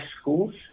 schools